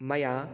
मया